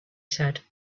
said